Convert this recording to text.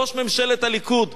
ראש ממשלת הליכוד,